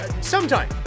sometime